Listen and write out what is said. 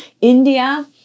India